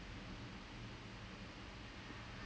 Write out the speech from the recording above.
interested about drama and all that kind of stuff